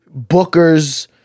bookers